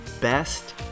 best